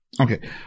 Okay